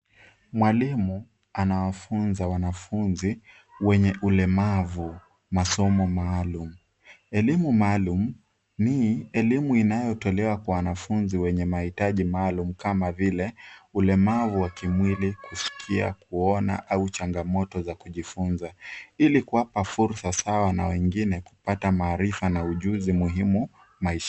Mwalimu anawafunza wanafunzi wenye ulemavu, masomo maalum. Elimu maalum ni elimu inayotolewa kwa wanafunzi wenye mahitaji maalum kama vile ulemavu wa kimwili kusikia, kuona au changamoto za kujifunza, ili kuwapa fursa sawa na wengine kupata maarifa na ujuzi muhimu maishani.